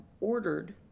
ordered